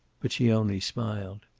but she only smiled.